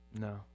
no